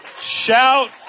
Shout